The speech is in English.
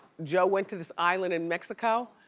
joe went to this island in mexico,